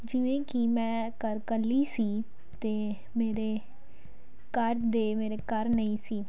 ਜਿਵੇਂ ਕਿ ਮੈਂ ਘਰ ਇਕੱਲੀ ਸੀ ਅਤੇ ਮੇਰੇ ਘਰ ਦੇ ਮੇਰੇ ਘਰ ਨਹੀਂ ਸੀ